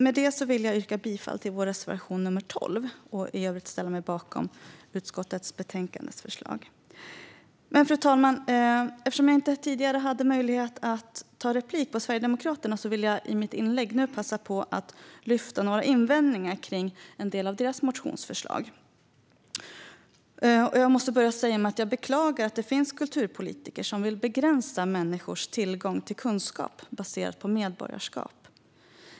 Med detta vill jag yrka bifall till vår reservation nr 12, och i övrigt ställer jag mig bakom utskottets förslag. Fru talman! Eftersom jag inte tidigare hade möjlighet att ta replik på Sverigedemokraterna vill jag nu i mitt inlägg passa på att lyfta upp några invändningar kring en del av deras motionsförslag. Jag måste börja med att säga att jag beklagar att det finns kulturpolitiker som vill begränsa människors tillgång till kunskap baserat på medborgarskap.